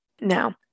Now